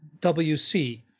WC